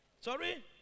Sorry